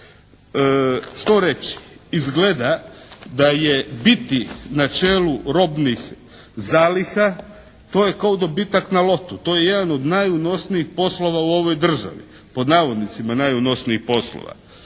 Što reći? Izgleda da je biti na čelu robnih zaliha, to je kao dobitak na lotu, to je jedan od "najunosnijih poslova" u ovoj državi. Vrijednost na primjer roba